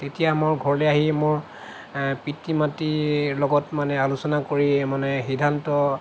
তেতিয়া মোৰ ঘৰলৈ আহি মোৰ পিতৃ মাতৃৰ লগত মানে আলোচনা কৰি মানে সিদ্ধান্ত